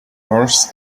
hers